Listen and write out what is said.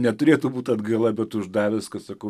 neturėtų būti atgaila bet uždavęs kad sakau